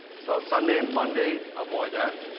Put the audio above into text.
so sunday and monday, avoid that.